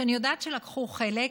שאני יודעת שלקחו חלק,